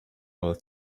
all